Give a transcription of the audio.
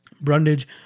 Brundage